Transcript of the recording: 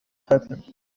happen